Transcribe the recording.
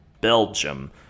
Belgium